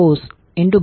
તેથી i13